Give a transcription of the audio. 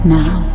Now